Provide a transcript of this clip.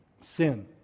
Sin